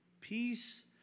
peace